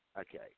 Okay